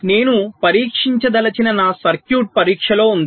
నేను పరీక్షించదలిచిన నా సర్క్యూట్ పరీక్షలో ఉంది